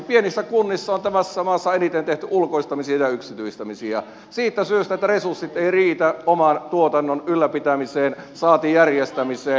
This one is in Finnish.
pienissä kunnissa on tässä maassa eniten tehty ulkoistamisia ja yksityistämisiä siitä syystä että resurssit eivät riitä oman tuotannon ylläpitämiseen saati järjestämiseen